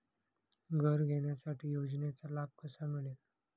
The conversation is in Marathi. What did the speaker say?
घर घेण्यासाठी योजनेचा लाभ कसा मिळेल?